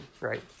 right